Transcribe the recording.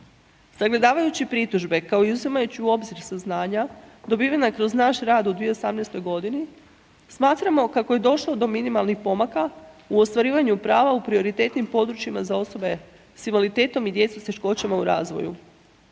Sagledavajući pritužbe kao i uzimajući u obzir saznanja dobivena kroz naš rad u 2018. godini smatramo kako je došlo do minimalnih pomaka u ostvarivanju prava u prioritetnim područjima za osobe s invaliditetom i djecu s teškoćama u razvoju.